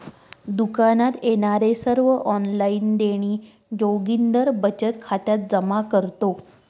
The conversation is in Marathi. दुकानात येणारे सर्व ऑनलाइन देणी जोगिंदर बचत खात्यात जमा करतो